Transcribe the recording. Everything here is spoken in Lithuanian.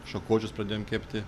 šakočius pradėjom kepti